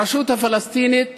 הרשות הפלסטינית